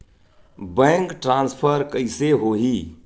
Bank transfer कइसे होही?